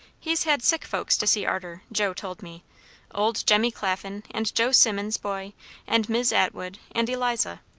he's had sick folks to see arter, joe told me old jemmy claflin, and joe simmons' boy and mis' atwood, and eliza.